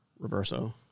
Reverso